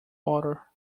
order